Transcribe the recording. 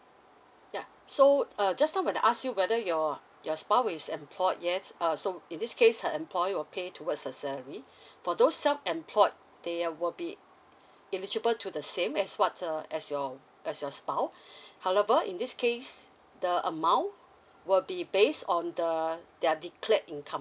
ya so uh just now when I ask you whether your your spouse is employed yes err so in this case her employer will pay towards her salary for those self employed they will be eligible to the same as what's err as your as your spouse however in this case the amount will be based on the their declared income